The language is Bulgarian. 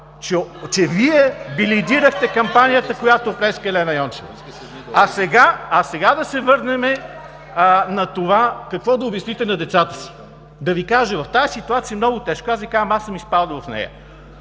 че Вие лидирахте кампанията, която оплеска Елена Йончева. Сега да се върнем на това какво да обясните на децата си. Да Ви кажа, тази ситуация е много тежка. Аз Ви казвам, изпадал съм в нея.